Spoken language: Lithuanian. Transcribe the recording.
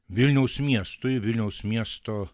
vilniaus miestui vilniaus miesto